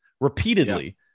Repeatedly